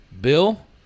Bill